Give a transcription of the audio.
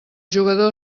jugador